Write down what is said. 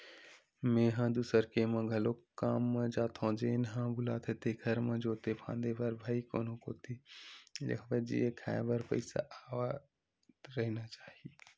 मेंहा दूसर के म घलोक काम म जाथो जेन ह बुलाथे तेखर म जोते फांदे बर भई कोनो कोती ले होवय जीए खांए बर पइसा आवत रहिना चाही